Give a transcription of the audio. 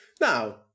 Now